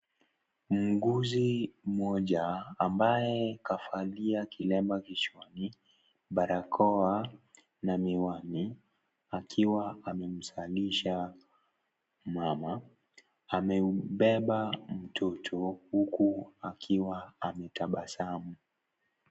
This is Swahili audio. muuguzi mmoja ambaye kavalia kilemba kichwani, barakoa na miwani akiwa amemzalisha mama. Amembeba mtoto huku akiwa ametabasamu.